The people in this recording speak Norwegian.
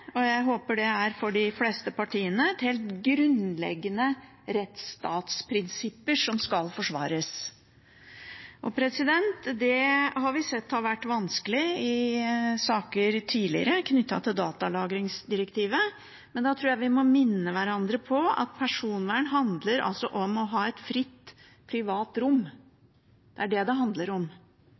og jeg håper for de fleste partiene – et helt grunnleggende rettsstatsprinsipp, som skal forsvares. Det har vi sett har vært vanskelig i saker tidligere, knyttet til datalagringsdirektivet. Da tror jeg vi må minne hverandre på at personvern handler om å ha et fritt privat rom. Det er dét det handler om.